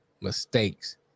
mistakes